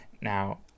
now